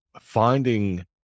finding